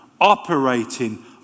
operating